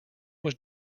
was